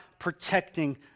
protecting